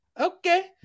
Okay